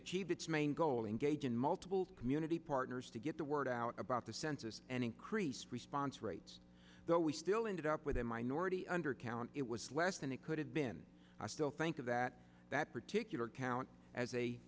achieved its main goal engage in multiple community partners to get the word out about the census and increased response rates though we still ended up with a minority undercount it was less than it could have been i still think of that that particular count as a